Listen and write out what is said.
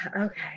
Okay